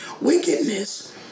Wickedness